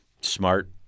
smart